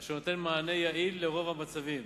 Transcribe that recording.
אשר נותן מענה יעיל לרוב המצבים.